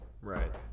Right